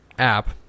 app